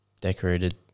Decorated